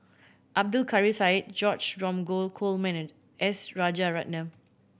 Abdul Kadir Syed George Dromgold Coleman and S Rajaratnam